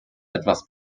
etwas